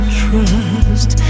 trust